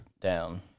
down